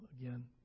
again